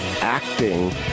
acting